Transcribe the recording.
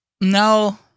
no